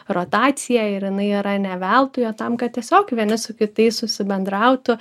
rotacija ir jinai yra ne veltui o tam kad tiesiog vieni su kitais susibendrautų